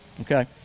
okay